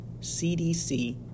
CDC